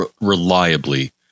Reliably